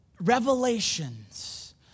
revelations